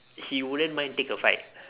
he wouldn't mind to take a fight